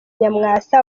nyamwasa